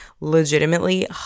legitimately